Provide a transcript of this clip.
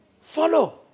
Follow